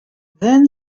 then